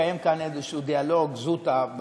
מתקיים פה איזשהו דיאלוג זוטא,